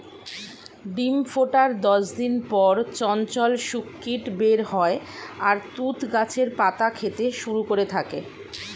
ডিম ফোটার দশ দিন পর চঞ্চল শূককীট বের হয় আর তুঁত গাছের পাতা খেতে শুরু করে থাকে